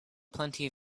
plenty